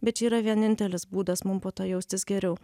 bet čia yra vienintelis būdas mum po to jaustis geriau